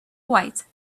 white